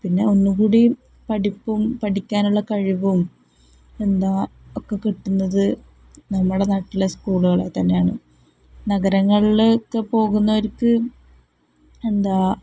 പിന്നെ ഒന്നുകൂടി പഠിപ്പും പഠിക്കാനുള്ള കഴിവും എന്താണ് ഒക്കെ കിട്ടുന്നത് നമ്മുടെ നാട്ടിലെ സ്കൂളുകളിൽ തന്നെയാണ് നഗരങ്ങളിലൊക്കെ പോകുന്നവർക്ക് എന്താണ്